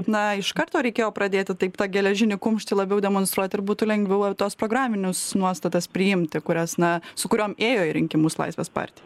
na iš karto reikėjo pradėti taip tą geležinį kumštį labiau demonstruoti ir būtų lengviau tuos programinius nuostatas priimti kurias na su kuriom ėjo į rinkimus laisvės partija